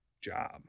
job